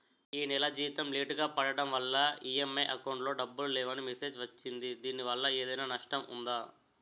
ఈ నెల జీతం లేటుగా పడటం వల్ల ఇ.ఎం.ఐ అకౌంట్ లో డబ్బులు లేవని మెసేజ్ వచ్చిందిదీనివల్ల ఏదైనా నష్టం ఉందా?